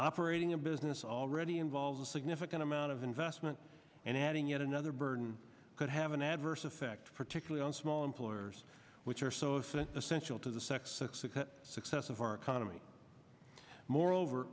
operating a business already involved a significant amount of investment and adding yet another burden could have an adverse effect particularly on small employers which are so it's an essential to the sex six o'clock success of our economy moreover